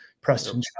Preston